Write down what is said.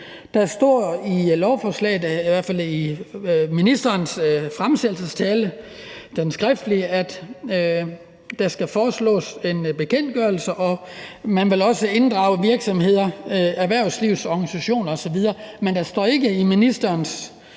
der står i lovforslaget eller i hvert fald i ministerens skriftlige fremsættelsestale, at det foreslås at ske ved regler fastsat ved bekendtgørelse, og at man også vil inddrage virksomheder, erhvervslivets organisationer osv. Men der står ikke i ministerens